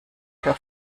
für